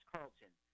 Carlton